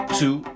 two